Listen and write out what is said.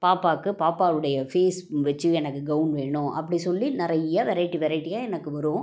பாப்பாக்கு பாப்பாவுடைய ஃபேஸ் வச்சி எனக்கு கவுன் வேணும் அப்படி சொல்லி நிறைய வெரைட்டி வெரைட்டியாக எனக்கு வரும்